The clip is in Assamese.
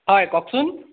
হয় কওকচোন